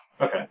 Okay